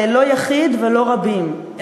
לא יחיד ולא רבים,